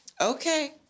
okay